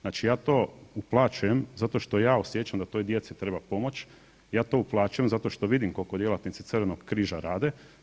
Znači ja to uplaćujem zato što ja osjećam da toj djeci treba pomoć, ja to uplaćujem zato što vidim koliko djelatnici Crvenog križa rade.